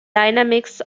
dynamics